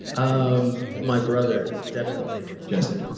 um my brother, definitely. jesse?